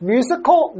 Musical